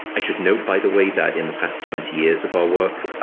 i should note, by the way, that in the past twenty years of our work,